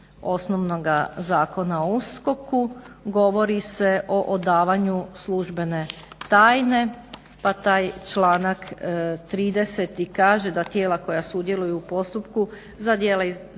osnovnoga Zakona o USKOK-u govori se o odavanju službene tajne, pa taj članak 30. kaže da tijela koja sudjeluju u postupku za djela iz